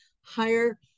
higher